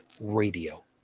radio